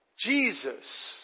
Jesus